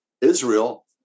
Israel